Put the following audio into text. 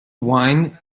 wine